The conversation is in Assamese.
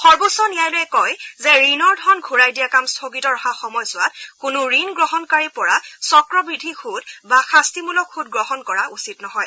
সৰ্বোচ্চ ন্যায়ালয়ে কয় যে ঋণৰ ধন ঘূৰাই দিয়া কাম স্থগিত ৰখা সময়ছোৱাত কোনো ঋণ গ্ৰহণকাৰীৰ পৰা চক্ৰবৃদ্ধি সৃদ বা শাস্তিমূলক সৃদ গ্ৰহণ কৰা উচিত নহয়